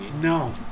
no